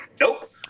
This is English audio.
nope